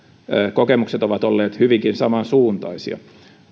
kokemukset ovat olleet hyvinkin samansuuntaisia